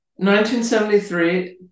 1973